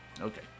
Okay